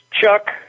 Chuck